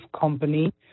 company